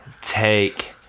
take